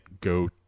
go